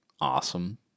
awesome